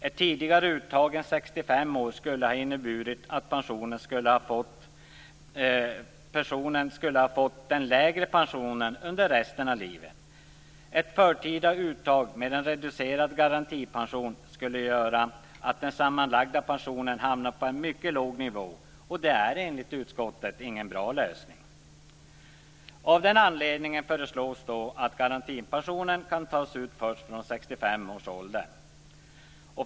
Ett tidigare uttag än vid 65 år skulle ha inneburit att personen hade fått den lägre pensionen under resten av livet. Ett förtida uttag med en reducerad garantipension skulle göra att den sammanlagda pensionen hamnar på en mycket låg nivå. Det är enligt utskottet ingen bra lösning. Av den anledningen föreslås att garantipensionen kan tas ut först från 65 års ålder.